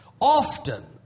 Often